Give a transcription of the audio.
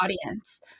audience